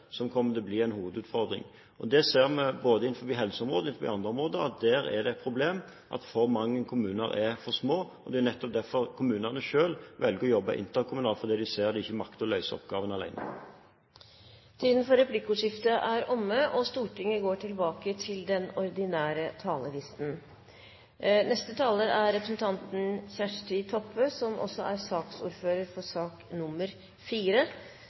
– kommer ikke minst behovet for en mer og mer spesialisert kompetanse til å bli en hovedutfordring. Innenfor både helseområdet og andre områder ser vi at det er et problem at for mange kommuner er for små. Det er nettopp derfor kommunene selv velger å jobbe interkommunalt, fordi de ser at de ikke makter å løse oppgaven alene. Replikkordskiftet er omme. Noreg har i dag eit godt utvikla offentleg helsevesen og